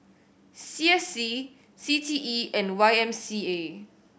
C S C C T E and Y M C A